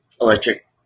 electric